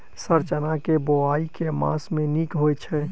Sir चना केँ बोवाई केँ मास मे नीक होइ छैय?